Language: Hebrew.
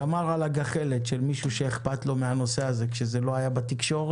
שמר על הגחלת של מישהו שאכפת לו מהנושא הזה כשהוא לא היה בתקשורת,